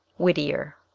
whittier.